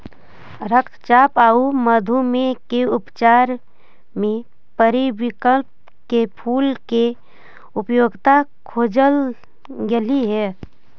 रक्तचाप आउ मधुमेह के उपचार में पेरीविंकल के फूल के उपयोगिता खोजल गेली हे